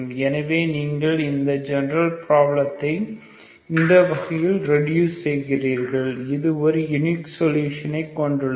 எனவே நீங்கள் இந்த ஜெனரல் ப்ராப்ளத்தை இந்த வகையில் ரெடியூஸ் செய்கிறீர்கள் இது ஒரு யுனிக் சொல்யூஷன் கொண்டுள்ளது